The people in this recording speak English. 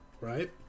right